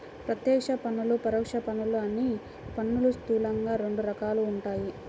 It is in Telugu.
ప్రత్యక్ష పన్నులు, పరోక్ష పన్నులు అని పన్నులు స్థూలంగా రెండు రకాలుగా ఉంటాయి